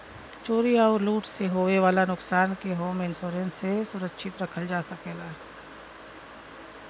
चोरी आउर लूट से होये वाले नुकसान के होम इंश्योरेंस से सुरक्षित रखल जा सकला